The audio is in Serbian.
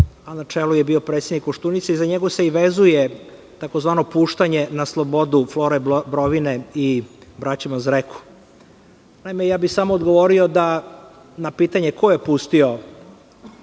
na čelu je bio predsednik Koštunica, i za njega se vezuje tzv. puštanje na slobodu Flore Brovine i braće Mazareku. Samo bih odgovorio da, na pitanje ko je pustio